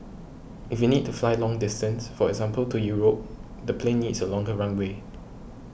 if we need to fly long distance for example to Europe the plane needs a longer runway